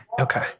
Okay